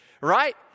Right